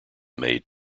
made